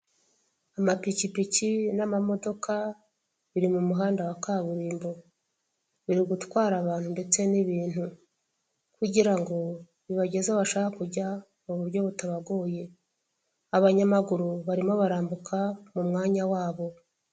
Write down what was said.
Amapikipiki n'amamodoka biri mu muhanda wa kaburimbo, biri gutwara abantu ndetse n'ibintu kugira ngo bibageze aho bashaka kujya mu buryo butabagoye, abanyamaguru barimo barambuka mu mwanya wabo.